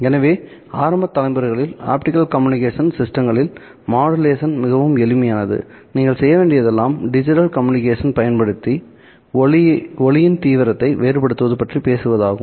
எனவே ஆரம்ப தலைமுறைகளில் ஆப்டிகல் கம்யூனிகேஷன் சிஸ்டங்களில் மாடுலேஷன் மிகவும் எளிமையானது நீங்கள் செய்ய வேண்டியதெல்லாம் டிஜிட்டல் கம்யூனிகேஷன் பயன்படுத்தி ஒளியின் தீவிரத்தை வேறுபடுத்துவது பற்றி பேசுவதாகும்